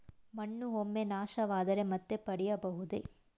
ಮಣ್ಣು ಒಮ್ಮೆ ನಾಶವಾದರೆ ಮತ್ತೆ ಪಡೆಯಬಹುದೇ?